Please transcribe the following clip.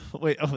wait